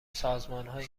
سازمانهایی